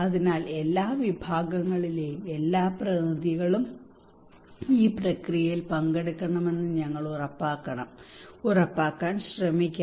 അതിനാൽ എല്ലാ വിഭാഗങ്ങളിലെയും എല്ലാ പ്രതിനിധികളും ഈ പ്രക്രിയയിൽ പങ്കെടുക്കണമെന്ന് ഞങ്ങൾ ഉറപ്പാക്കണം ഉറപ്പാക്കാൻ ശ്രമിക്കണം